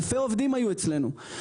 אלפי עובדים היו אצלנו.